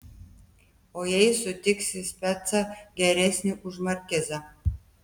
o jei sutiksi specą geresnį už markizą